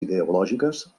ideològiques